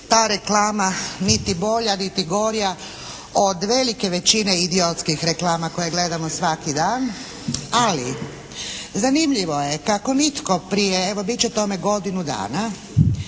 ta reklama niti bolja niti gorja od velike većine idiotskih reklama koje gledamo svaki dan. Ali zanimljivo je kako nitko prije, evo bit će tome godinu dana,